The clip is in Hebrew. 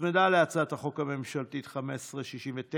שהוצמדה להצעת החוק הממשלתית 1569,